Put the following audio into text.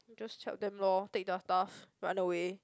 just help them lor take their stuff run away